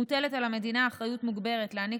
מוטלת על המדינה אחריות מוגברת להעניק